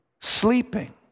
sleeping